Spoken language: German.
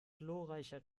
glorreicher